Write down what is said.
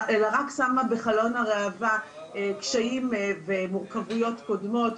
אלא רק שמה בחלון הראווה קשיים ומורכבויות קודמות.